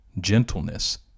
gentleness